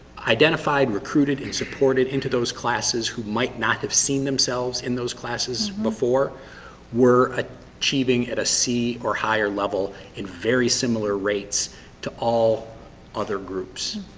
identified, recruited, and supported into those classes who might not have seen themselves in those classes before were ah achieving at a c or higher level in very similar rates to all other groups.